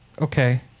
Okay